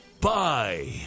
Bye